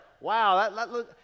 wow